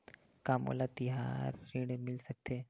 का मोला तिहार ऋण मिल सकथे?